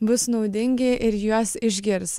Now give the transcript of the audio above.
bus naudingi ir juos išgirs